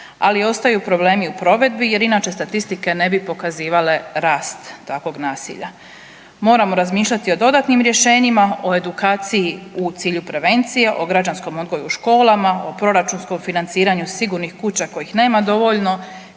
ali ostaju problemi u provedbi jer inače statistike ne bi pokazivale rast takvog nasilja. Moramo razmišljati o dodatnim rješenjima, o edukaciji u cilju prevencije, o građanskom odgoju u školama, o proračunskom financiranju sigurnih kuća kojih nema dovoljno